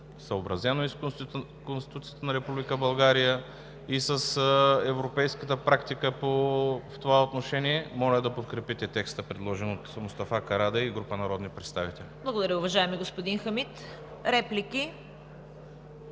съобразено и с Конституцията на Република България, и с европейската практика в това отношение. Моля да подкрепите текста, предложен от Мустафа Карадайъ и група народни представители. ПРЕДСЕДАТЕЛ ЦВЕТА КАРАЯНЧЕВА: Благодаря, уважаеми господин Хамид. Реплики?